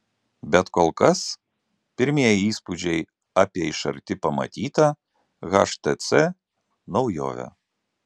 bet kol kas pirmieji įspūdžiai apie iš arti pamatytą htc naujovę